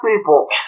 people